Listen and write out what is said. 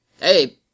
Hey